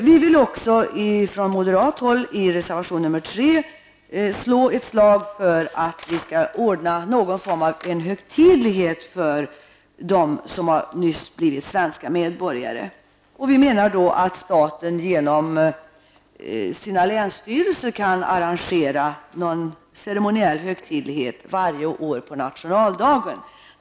Vi vill också från moderat håll i reservation 3 slå ett slag för att det skall ordnas någon form av högtidlighet för dem som nyss har blivit svenska medborgare. Vi menar då att staten genom länsstyrelserna kan arrangera någon ceremoniell högtidlighet varje år på nationaldagen.